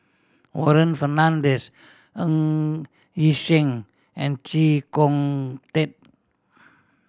Warren Fernandez Ng Yi Sheng and Chee Kong Tet